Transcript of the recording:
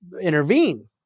intervene